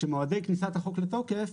שמועדי כניסת החוק לתוקף